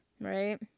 Right